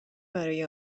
برای